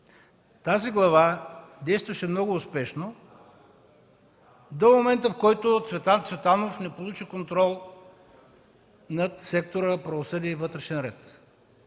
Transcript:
Тази глава действаше много успешно до момента, в който Цветан Цветанов не получи контрол над сектора „Правосъдие и вътрешен ред”.